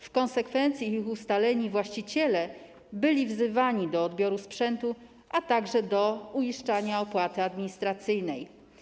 W konsekwencji ich ustaleni właściciele byli wzywani do odbioru sprzętu, a także do uiszczania opłaty administracyjnej.